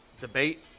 debate